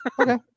Okay